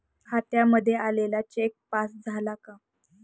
खात्यामध्ये आलेला cheque pass झाला का?